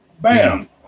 Bam